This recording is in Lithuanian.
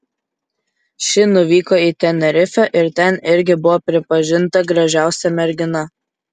ši nuvyko į tenerifę ir ten irgi buvo pripažinta gražiausia mergina